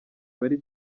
bari